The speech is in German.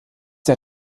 der